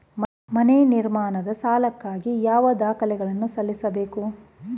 ಮನೆ ನಿರ್ಮಾಣದ ಸಾಲಕ್ಕಾಗಿ ಯಾವ ದಾಖಲೆಗಳನ್ನು ಸಲ್ಲಿಸಬೇಕು?